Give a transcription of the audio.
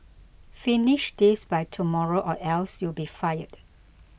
finish this by tomorrow or else you'll be fired